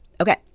Okay